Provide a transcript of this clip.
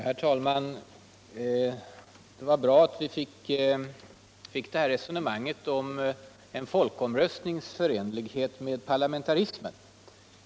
Herr talman! Det var bra att vi fick det här resonemanget om en folkomröstnings-förenlighet med parlamentarismen.